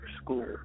school